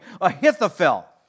Ahithophel